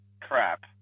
crap